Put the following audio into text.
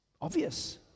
Obvious